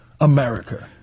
America